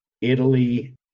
Italy